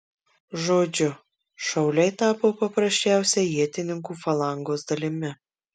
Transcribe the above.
žodžiu šauliai tapo paprasčiausia ietininkų falangos dalimi